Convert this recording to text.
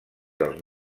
dels